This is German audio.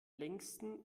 längsten